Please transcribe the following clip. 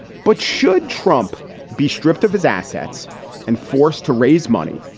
but should trump be stripped of his assets and forced to raise money?